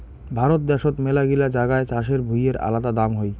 ভারত দ্যাশোত মেলাগিলা জাগায় চাষের ভুঁইয়ের আলাদা দাম হই